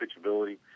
pitchability